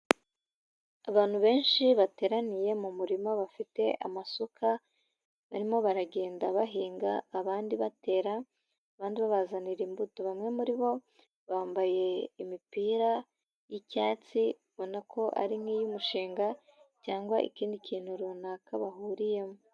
Abantu benshi bateraniye mu murima bafite amasuka, barimo baragenda bahinga abandi batera, abandi babazanira imbuto, bamwe muri bo bambaye imipira y'icyatsi ubona ko ari nk'iy'umushinga cyangwa ikindi kintu runaka bahuriyemo.